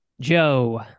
Joe